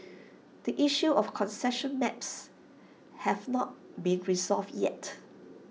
the issue of concession maps have not been resolved yet